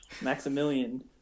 Maximilian